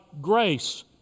grace